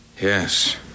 Yes